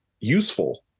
useful